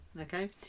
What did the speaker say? okay